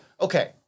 okay